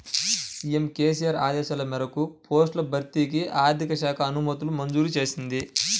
CM KCR ఆదేశాల మేరకు పోస్టుల భర్తీకి ఆర్థిక శాఖ అనుమతులు మంజూరు చేసింది